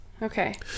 Okay